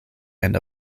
and